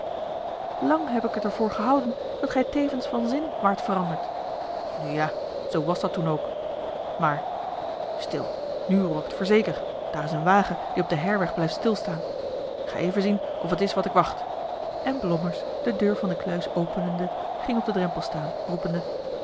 lang heb ik het er voor gehouden dat gij tevens van zin waart veranderd nu ja zoo was dan toen ook maar stil nu hoor ik het voorzeker daar is een wagen die op den heirweg blijft stilstaan ik ga even zien of het is wat ik wacht en blommers de deur van het kluis openende ging op den drempel staan roepende